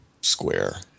square